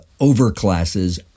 overclasses